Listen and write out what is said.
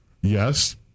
Yes